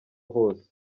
hose